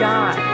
God